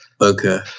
Okay